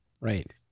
right